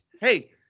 hey